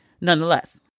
nonetheless